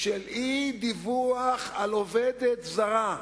של אי-דיווח על עובדת זרה.